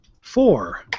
Four